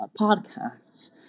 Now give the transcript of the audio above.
podcasts